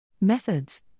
Methods